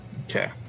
Okay